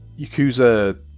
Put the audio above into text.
Yakuza